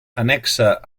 annexa